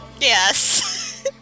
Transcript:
yes